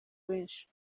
benshi